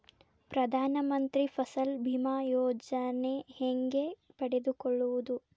ಪ್ರಧಾನ ಮಂತ್ರಿ ಫಸಲ್ ಭೇಮಾ ಯೋಜನೆ ಹೆಂಗೆ ಪಡೆದುಕೊಳ್ಳುವುದು?